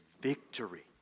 victory